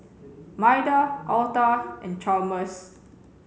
Maida Alta and Chalmers